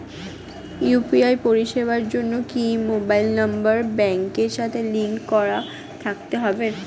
UPI পরিষেবার জন্য কি মোবাইল নাম্বার ব্যাংকের সাথে লিংক করা থাকতে হবে?